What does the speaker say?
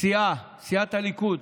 סיעת הליכוד,